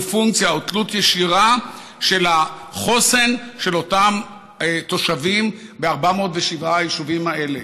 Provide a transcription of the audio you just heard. בתלות ישירה בחוסן של אותם תושבים ב-407 היישובים האלה,